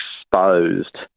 exposed